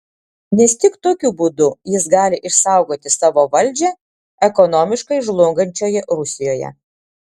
nes tik tokiu būdu jis gali išsaugoti savo valdžią ekonomiškai žlungančioje rusijoje